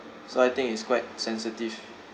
so I think it's quite sensitive